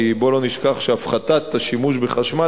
כי בואו לא נשכח שהפחתת השימוש בחשמל